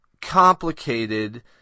complicated